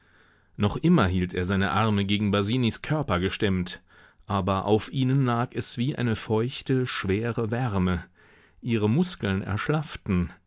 noch immer hielt er seine arme gegen basinis körper gestemmt aber auf ihnen lag es wie eine feuchte schwere wärme ihre muskeln erschlafften